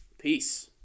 Peace